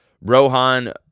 Rohan